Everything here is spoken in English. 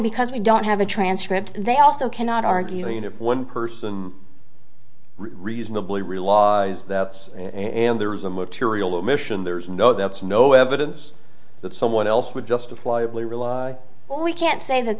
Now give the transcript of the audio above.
because we don't have a transcript they also cannot argue you know one person reasonably real laws that's and there is a material omission there's no that's no evidence that someone else would justifiably rely on we can't say that